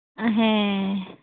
ᱦᱮᱸᱻ